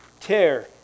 tear